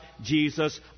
Jesus